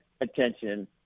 attention